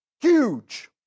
Huge